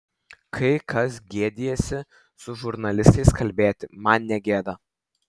kai kas gėdijasi su žurnalistais kalbėti man negėda